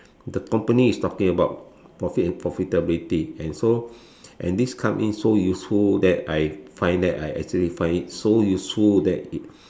the company is talking about profit and profitability and so and this come in so useful that I find that I actually find it so useful that it